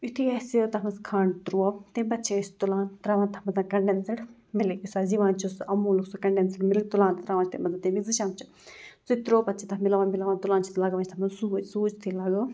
یُتھُے اَسہِ تَتھ منٛز کھَنٛڈ ترٛوو تمہِ پَتہٕ چھِ أسۍ تُلان ترٛاوان تَتھ منٛزَن کَنڈٮ۪نسڈ مِلِک یُس اَز یِوان چھِ سُہ اَموٗلُک سُہ کَنڈٮ۪نسِڈ مِلِک تُلان تہٕ ترٛاوان چھِ تمہِ مطلب تمِکۍ زٕ چَمچہِ سُہ تہِ ترٛوو پَتہٕ چھِ تَتھ مِلاوان وِلاوان تُلان چھِ تہٕ لگاوان چھِ تَتھ منٛز سوٗجۍ سوٗجۍ یُتھُے لگٲو